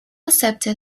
accepted